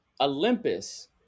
Olympus